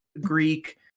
Greek